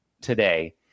today